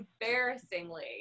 embarrassingly